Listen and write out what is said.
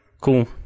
Cool